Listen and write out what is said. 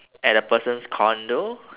at a person's condo